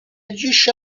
agisce